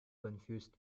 confused